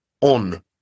on